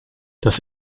das